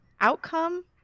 outcome